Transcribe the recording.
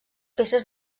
peces